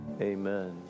Amen